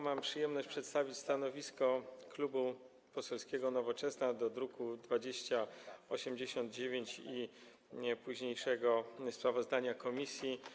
Mam przyjemność przedstawić stanowisko Klubu Poselskiego Nowoczesna w sprawie druku nr 2089 i późniejszego sprawozdania komisji.